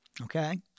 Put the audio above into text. okay